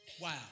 Wow